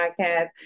podcast